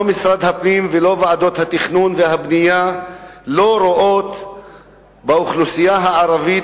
לא משרד הפנים ולא ועדות התכנון והבנייה לא רואים באוכלוסייה הערבית